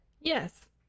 yes